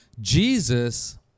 Jesus